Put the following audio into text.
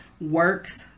works